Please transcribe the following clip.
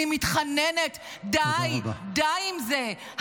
אני מתחננת: די, די עם זה.